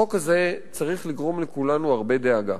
החוק הזה צריך לגרום לכולנו הרבה דאגה.